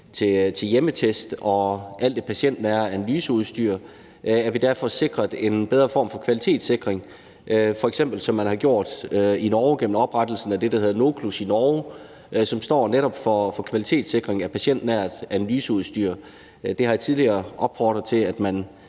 til hjemmetest og alt det patientnære analyseudstyr; at vi dér får sikret endnu bedre form for kvalitetssikring, f.eks. som man har gjort i Norge gennem oprettelsen af det, der hedder Noklus, som står for netop kvalitetssikring af patientnært analyseudstyr. Der har jeg tidligere opfordret til, at man